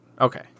Okay